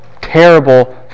terrible